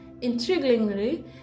Intriguingly